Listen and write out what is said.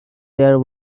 their